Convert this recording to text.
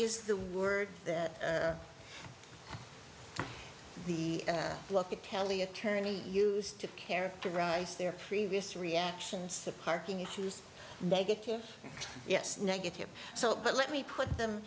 is the word the look at kelly attorney used to characterize their previous reactions to parking issues negative yes negative so but let me put them